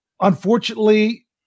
Unfortunately